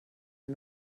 wir